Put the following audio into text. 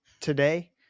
today